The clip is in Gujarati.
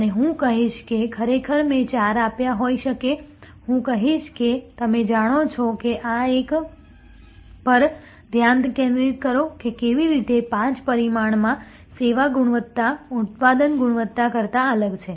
અને હું કહીશ કે ખરેખર મેં ચાર આપ્યાં હોઈ શકે હું કહીશ કે તમે જાણો છો કે આ એક પર ધ્યાન કેન્દ્રિત કરો કે કેવી રીતે પાંચ પરિમાણમાં સેવાની ગુણવત્તા ઉત્પાદન ગુણવત્તા કરતાં અલગ છે